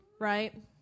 Right